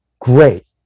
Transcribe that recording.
great